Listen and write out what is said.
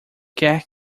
quer